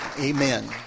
Amen